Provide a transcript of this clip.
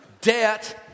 Debt